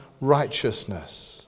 righteousness